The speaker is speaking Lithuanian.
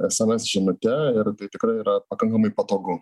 sms žinute ir tai tikrai yra pakankamai patogu